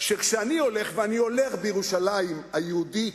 שכשאני הולך, ואני הולך בירושלים היהודית,